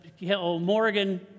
Morgan